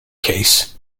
case